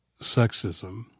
sexism